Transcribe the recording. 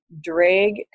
drag